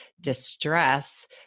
distress